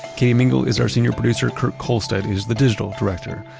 katie mingle is our senior producer. kurt kolhstedt is the digital director.